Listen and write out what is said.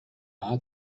are